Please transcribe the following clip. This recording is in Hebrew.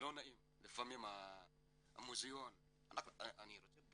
המוזיאון של